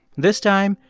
this time,